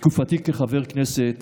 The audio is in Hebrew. בתקופתי כחבר כנסת